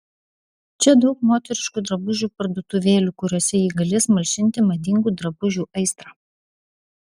čia daug moteriškų drabužių parduotuvėlių kuriose ji galės malšinti madingų drabužių aistrą